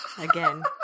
Again